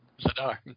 Zadar